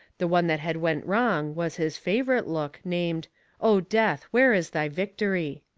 the one that had went wrong was his favourite look, named o death, where is thy victory?